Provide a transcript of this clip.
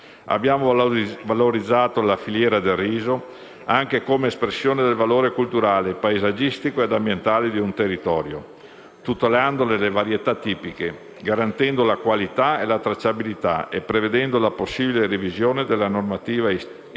Abbiamo valorizzato la filiera del riso, anche come espressione del valore culturale, paesaggistico ed ambientale di un territorio, tutelandone le varietà tipiche, garantendo la qualità e la tracciabilità e prevedendo la possibile revisione della normativa istitutiva